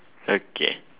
okay